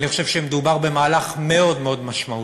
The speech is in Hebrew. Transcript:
אני חושב שמדובר במהלך מאוד מאוד משמעותי,